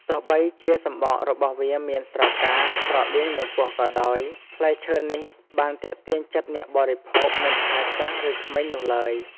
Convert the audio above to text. ទោះបីជាសម្បករបស់វាមានស្រកាស្រដៀងនឹងពស់ក៏ដោយ ផ្លែឈើនេះបានទាក់ទាញចិត្តអ្នកបរិភោគមិនថាចាស់ឬក្មេងនោះឡើយ។